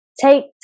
take